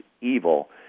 evil